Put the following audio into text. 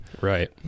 right